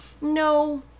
No